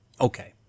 Okay